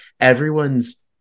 everyone's